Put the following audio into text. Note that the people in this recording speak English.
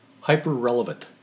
Hyper-relevant